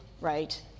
right